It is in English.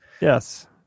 Yes